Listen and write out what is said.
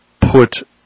put